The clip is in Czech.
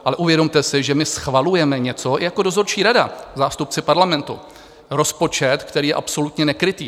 Ale uvědomte si, že my schvalujeme něco jako dozorčí rada, zástupci Parlamentu, rozpočet, který je absolutně nekrytý.